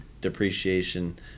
depreciation